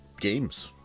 games